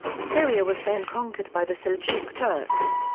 syria was then conquered by the seljuk turks.